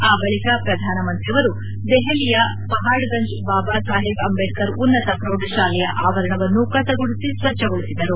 ಆ ಬಳಿಕ ಪ್ರಧಾನಮಂತ್ರಿಯವರು ದೆಹಲಿಯ ಪಹಾಡ್ಗಂಜ್ನ ಬಾಬಾ ಸಾಹೇಬ್ ಅಂಬೇಡ್ಕರ್ ಉನ್ನತ ಪ್ರೌಢಶಾಲೆಯ ಆವರಣವನ್ನು ಕಸ ಗುಡಿಸಿ ಸ್ವಚ್ಛಗೊಳಿಸಿದರು